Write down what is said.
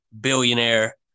billionaire